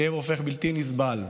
הכאב הופך בלתי נסבל.